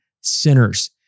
sinners